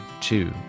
two